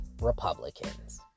Republicans